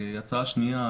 הצעה שנייה,